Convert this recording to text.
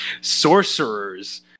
sorcerers